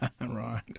Right